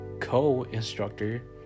co-instructor